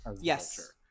Yes